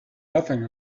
nothing